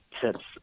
tips